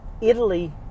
Italy